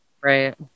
Right